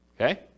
okay